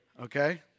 Okay